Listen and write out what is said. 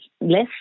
less